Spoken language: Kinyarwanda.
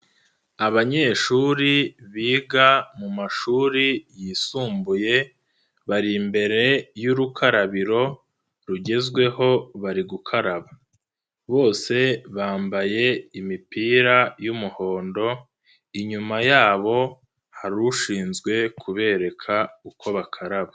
Abanyeshuri biga mu mashuri yisumbuye bari imbere y'urukarabiro rugezweho bari gukaraba, bose bambaye imipira y'umuhondo, inyuma yabo hari ushinzwe kubereka uko bakaraba.